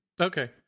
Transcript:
Okay